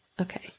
Okay